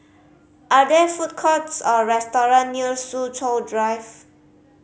are there food courts or restaurant near Soo Chow Drive